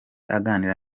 aganira